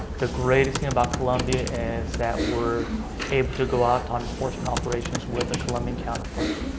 the greatest thing about colombia is that we're able to go out on enforcement operations with a colombian counter part.